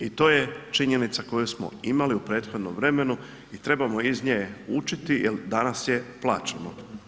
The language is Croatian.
I to je činjenica koju smo imali u prethodnom vremenu i trebamo iz nje učiti jer danas je plaćeno.